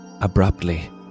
Abruptly